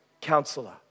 Counselor